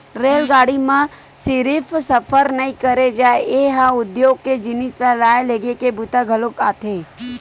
रेलगाड़ी म सिरिफ सफर नइ करे जाए ए ह उद्योग के जिनिस ल लाए लेगे के बूता घलोक आथे